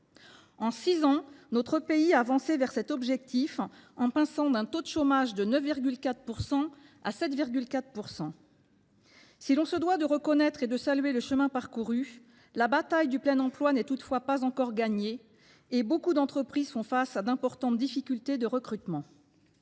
En six ans, notre pays a avancé vers cet objectif, le taux de chômage passant de 9,4 % à 7,4 %. Si l’on se doit de reconnaître et de saluer le chemin parcouru, la bataille du plein emploi n’est toutefois pas encore gagnée, et nombre d’entreprises font face à d’importantes difficultés de recrutement.